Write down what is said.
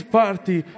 party